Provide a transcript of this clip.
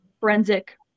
forensic